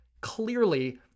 Clearly